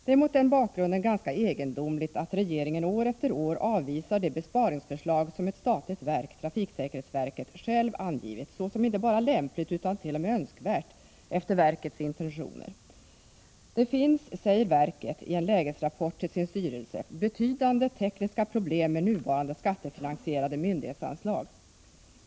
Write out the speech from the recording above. Det är mot den bakgrunden ganska egendomligt att regeringen år efter år avvisar det besparingsförslag som ett statligt verk, trafiksäkerhetsverket, självt angivit såsom inte bara lämpligt utan t.o.m. önskvärt efter verkets intentioner. Det finns, säger verket i en lägesrapport till sin styrelse, betydande tekniska problem med nuvarande skattefinansierade myndighetsanslag.